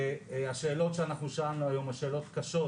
השאלות שאנחנו שאלנו היום היו שאלות קשות,